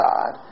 God